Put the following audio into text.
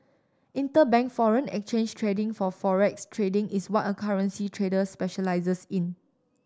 interbank foreign exchange trading or forex trading is what a currency traders specialises in